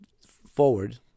forward